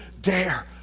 dare